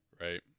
right